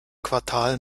quartal